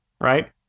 right